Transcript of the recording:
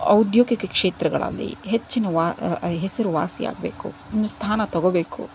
ಔದ್ಯೋಗಿಕ ಕ್ಷೇತ್ರಗಳಾಗಲಿ ಹೆಚ್ಚಿನ ವ ಹೆಸರುವಾಸಿ ಆಗಬೇಕು ಇನ್ನೂ ಸ್ಥಾನ ತಗೋಬೇಕು